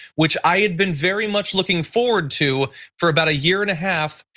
which i had been very much looking forward to for about a year and a half,